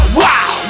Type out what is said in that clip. wow